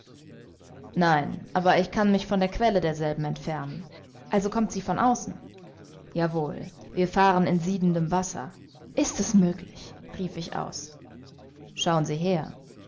nein aber ich kann mich von der quelle derselben entfernen also kommt sie von außen ja wohl wir fahren in siedendem wasser ist's möglich rief ich aus schauen sie her